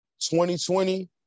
2020